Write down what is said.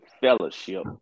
fellowship